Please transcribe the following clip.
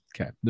Okay